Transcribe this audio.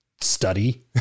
study